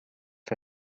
for